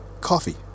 coffee